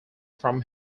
from